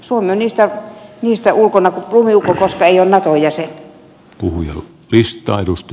suomi on niistä ulkona kuin lumiukko koska ei ole naton jäsen